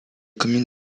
communes